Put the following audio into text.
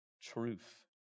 truth